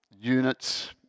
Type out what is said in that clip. units